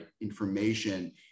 information